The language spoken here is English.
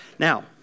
Now